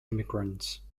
immigrants